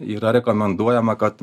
yra rekomenduojama kad